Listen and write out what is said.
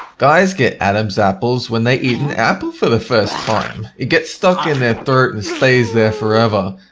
guys get adam's apples when they eat an apple for the first time. it gets stuck in their throat and stays there forever.